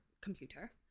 computer